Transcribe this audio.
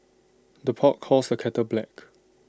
the pot calls the kettle black